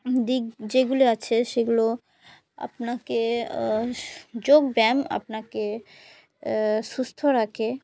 দিক যেগুলি আছে সেগুলো আপনাকে যোগব্যায়াম আপনাকে সুস্থ রাখে